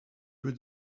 would